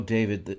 David